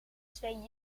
twee